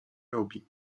robi